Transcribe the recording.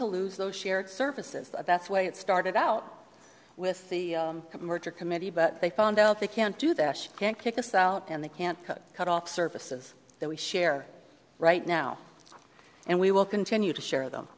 to lose those shared services the best way it started out with the merger committee but they found out they can't do that can't kick us out and they can't cut cut off services that we share right now and we will continue to share them